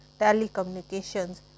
telecommunications